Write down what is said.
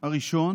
אדוני,